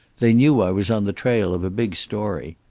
they knew i was on the trail of a big story.